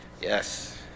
Yes